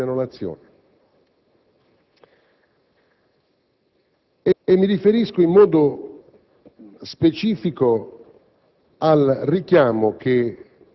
una novità che non attiene ai meccanismi di Governo, bensì ai fondamenti ideali che ne guidano l'azione.